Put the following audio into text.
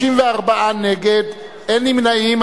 54 נגד, אין נמנעים.